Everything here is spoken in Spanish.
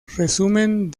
resumen